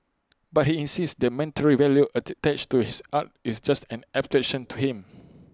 but he insists the monetary value attached to his art is just an abstraction to him